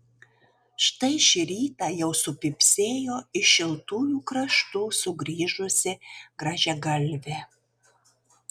štai šį rytą jau supypsėjo iš šiltųjų kraštų sugrįžusi grąžiagalvė